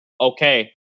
okay